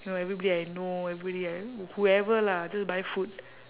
you know everybody I know everybody I whoever lah just buy food